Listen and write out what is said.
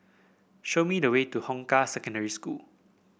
show me the way to Hong Kah Secondary School